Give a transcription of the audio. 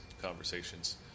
conversations